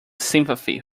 sympathy